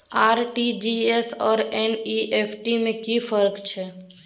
RTG S आर NEFT में कि फर्क छै?